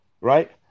right